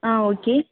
ஆ okay